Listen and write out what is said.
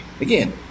again